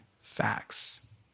facts